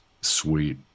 sweet